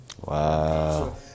Wow